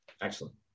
Excellent